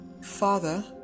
Father